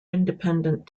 independent